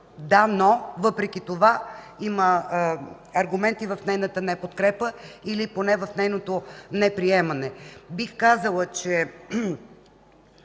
„да, но”. Въпреки това има аргументи в нейната неподкрепа или поне в нейното неприемане. Бих казала, че